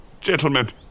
Gentlemen